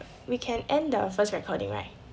we can end the first recording right